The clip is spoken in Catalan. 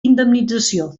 indemnització